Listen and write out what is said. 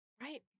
right